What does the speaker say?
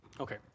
Okay